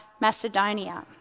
Macedonia